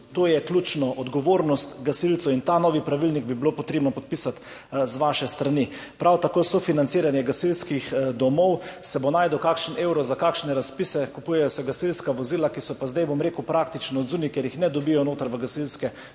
to je ključno, odgovornost gasilcev, in ta novi pravilnik bi bilo potrebno podpisati z vaše strani. Prav tako sofinanciranje gasilskih domov. Se bo našel kakšen evro za kakšne razpise? Kupujejo se gasilska vozila, ki so pa zdaj, bom rekel, praktično zunaj, ker jih ne dobijo v gasilske domove.